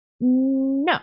No